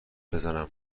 بزنم